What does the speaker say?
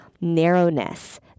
narrowness